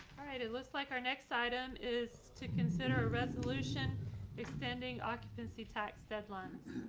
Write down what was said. all right, it looks like our next item is to consider a resolution extending occupancy tax deadlines.